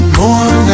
more